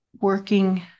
working